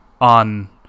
on